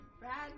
Brad